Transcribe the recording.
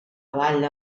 avall